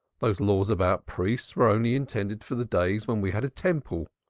those laws about priests were only intended for the days when we had a temple,